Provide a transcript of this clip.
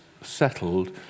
settled